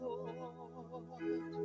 Lord